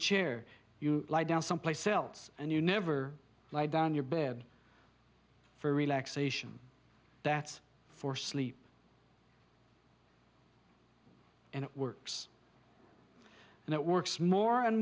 chair you lie down someplace else and you never lie down your bed for relaxation that's for sleep and it works and it works more and